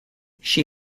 she